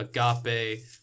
agape